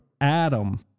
Adam